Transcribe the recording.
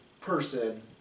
person